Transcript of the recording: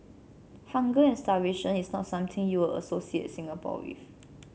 hunger and starvation is not something you'll associate Singapore with